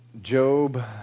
Job